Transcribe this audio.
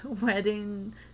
wedding